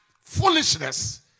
foolishness